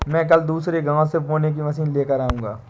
मैं कल दूसरे गांव से बोने की मशीन लेकर आऊंगा